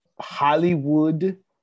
Hollywood